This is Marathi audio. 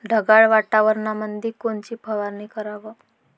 ढगाळ वातावरणामंदी कोनची फवारनी कराव?